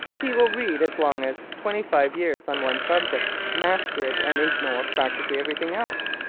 he will read as long as twenty-five years on one subject, master it and ignore practically everything else.